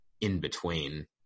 in-between